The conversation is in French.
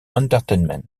entertainment